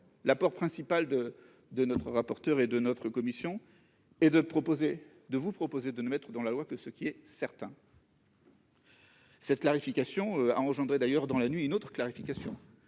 L'apport principal de notre rapporteur et de notre commission est de proposer de n'inscrire dans la loi que ce qui est certain. Cette clarification a engendré d'ailleurs dans la nuit une autre clarification,